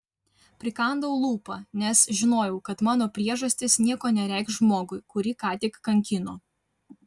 prikandau lūpą nes žinojau kad mano priežastis nieko nereikš žmogui kurį ką tik kankino